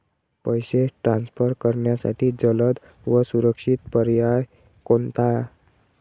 पैसे ट्रान्सफर करण्यासाठी जलद व सुरक्षित पर्याय कोणता?